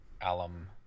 alum